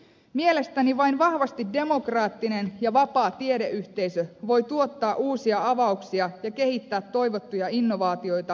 mielestäni vain vahvasti demokraattinen ja vapaa tiedeyhteisö voi tuottaa uusia avauksia ja kehittää toivottuja innovaatioita